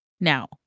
Now